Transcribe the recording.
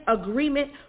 agreement